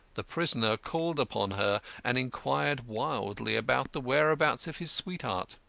the prisoner called upon her and inquired wildly about the whereabouts of his sweetheart.